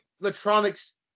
electronics